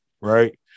right